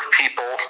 people